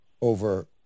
over